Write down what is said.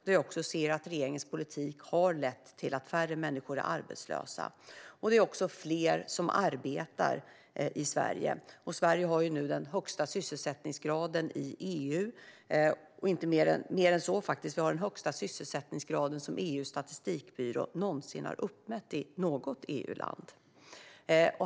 Vi kan se att regeringens politik har lett till att färre människor är arbetslösa och att det är fler som arbetar i Sverige. Sverige har nu den högsta sysselsättningsgraden i EU, och mer än så faktiskt. Vi har den högsta sysselsättningsgrad som EU:s statistikbyrå någonsin har uppmätt i något EU-land.